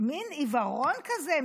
מין עיוורון כזה,